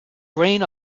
brain